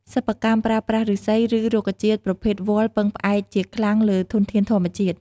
សិប្បកម្មប្រើប្រាស់ឫស្សី និងរុក្ខជាតិប្រភេទវល្លិពឹងផ្អែកជាខ្លាំងលើធនធានធម្មជាតិ។